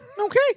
Okay